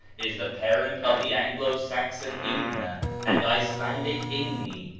is the parent of the anglo-saxon inne and icelandic inni,